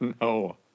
No